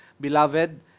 beloved